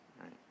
right